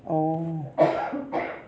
orh